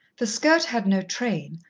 the skirt had no train,